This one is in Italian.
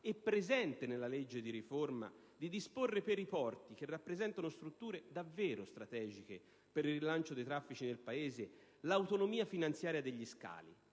e presente nella legge di riforma, di disporre per i porti, che rappresentano strutture davvero strategiche per il rilancio dei traffici nel Paese, l'autonomia finanziaria degli scali